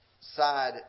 side